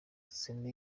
sena